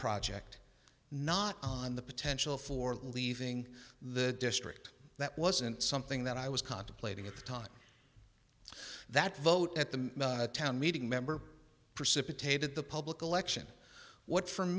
project not on the potential for leaving the district that wasn't something that i was contemplating at the time that vote at the town meeting member precipitated the public election what f